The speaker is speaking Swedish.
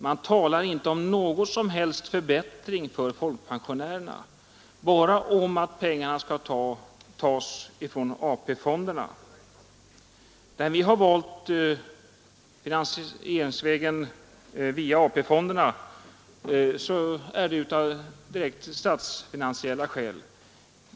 Man talar inte om någon som helst förbättring för folkpensionärerna, bara om att pengarna skall tas från AP-fonderna. När vi har valt finansieringsvägen via AP-fonderna så är det av direkt statsfinansiella skäl.